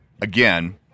again